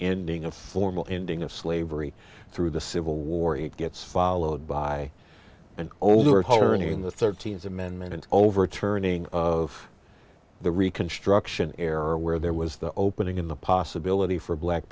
ending of formal ending of slavery through the civil war it gets followed by an older authority in the thirteenth amendment overturning of the reconstruction era where there was the opening in the possibility for black